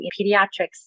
pediatrics